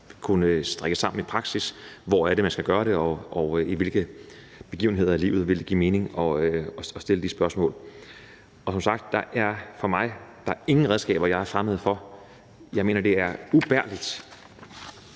kunne strikkes sammen i praksis. Hvor skal man gøre det, og ved hvilke begivenheder i livet vil det give mening at stille de spørgsmål? Som sagt er der ingen redskaber, jeg er fremmed for. Jeg mener, at hvert